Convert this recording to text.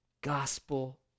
Gospel